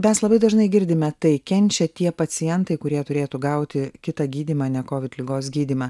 mes labai dažnai girdime tai kenčia tie pacientai kurie turėtų gauti kitą gydymą ne kovid ligos gydymą